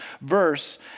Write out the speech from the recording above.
verse